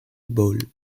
bowl